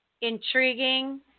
intriguing